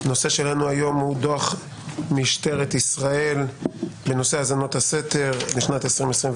הנושא שלנו היום הוא דוח משטרת ישראל בנושא האזנות הסתר לשנת 2021,